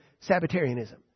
Sabbatarianism